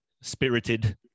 spirited